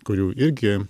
kurių irgi